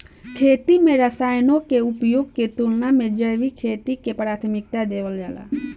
खेती में रसायनों के उपयोग के तुलना में जैविक खेती के प्राथमिकता देवल जाला